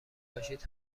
پاشید